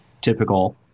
typical